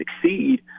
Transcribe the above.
succeed